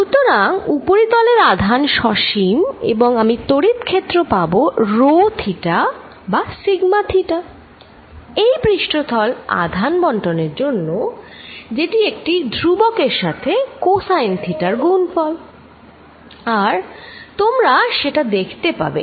সুতরাং উপরিতলের আধান সসীম এবং আমি তড়িৎ ক্ষেত্র পাব রো থিটা বা সিগমা থিটা এই পৃষ্ঠতল আদান বন্টন এর জন্য যেটি একটি ধ্রুবক এর সাথে কসাইন থিটার গুনফল আর তোমরা সেটা দেখতে পাবে